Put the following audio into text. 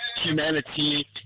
Humanity